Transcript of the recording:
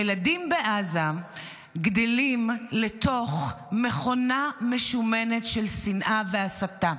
הילדים בעזה גדלים לתוך מכונה משומנת של שנאה והסתה.